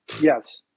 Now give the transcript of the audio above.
yes